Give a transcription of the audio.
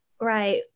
Right